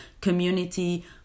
community